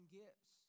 gifts